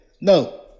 No